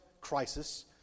crisis